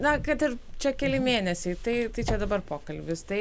na kad ir čia keli mėnesiai tai tai čia dabar pokalbis tai